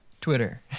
Twitter